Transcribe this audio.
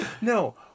no